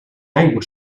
aigües